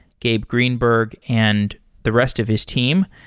gabe greenberg, and the rest of his team.